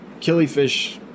killifish